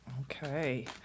okay